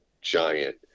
giant